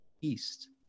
East